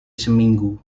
seminggu